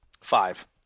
Five